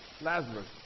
Lazarus